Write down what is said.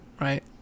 right